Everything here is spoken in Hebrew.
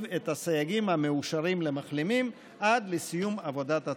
את הסייגים המאושרים למחלימים עד לסיום עבודת הצוות.